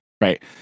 Right